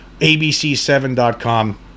abc7.com